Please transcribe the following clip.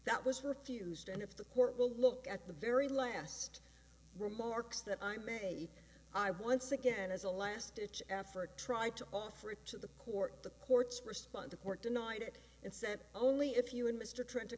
that was refused and if the court will look at the very last remarks that i may i once again as a last ditch effort try to offer it to the court the courts respond the court denied it and said only if you and mr tren